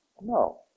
No